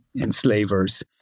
enslavers